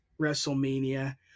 WrestleMania